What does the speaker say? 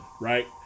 Right